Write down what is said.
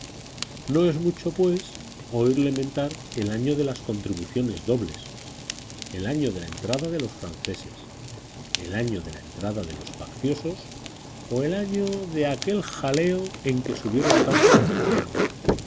no es mucho pues oírle mentar el año de las contribuciones dobles el año de la entrada de los franceses el año de la entrada de los facciosos o el año de aquel jaleo en que subieron tanto los jornales